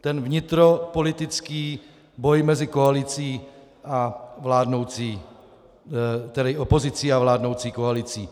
ten vnitropolitický boj mezi opozicí a vládnoucí koalicí.